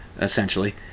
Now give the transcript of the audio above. essentially